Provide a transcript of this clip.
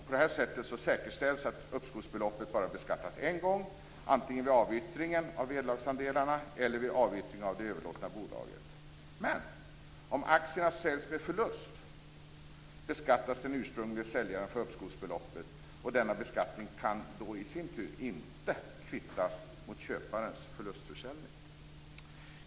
På det sättet säkerställs att uppskovsbeloppet bara beskattas en gång, antingen vid avyttring av vederlagsandelarna eller vid avyttring av det överlåtna bolaget. Men om aktierna säljs med förlust beskattas den ursprunglige säljaren för uppskovsbeloppet, och denna beskattning kan då i sin tur inte kvittas mot köparens förlustförsäljning.